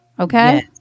okay